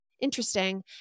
Interesting